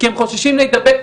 כי הם חוששים להידבק.